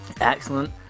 Excellent